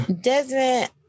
Desmond